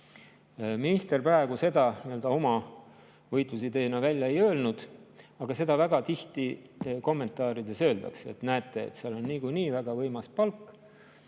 Minister praegu seda oma võitlusideena välja ei öelnud, aga seda väga tihti kommentaarides öeldakse, et näete, neil on niikuinii väga võimas palk.